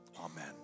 Amen